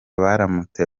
baramutse